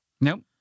Nope